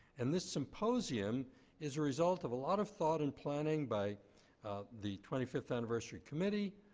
and this symposium is result of a lot of thought and planning by the twenty fifth anniversary committee,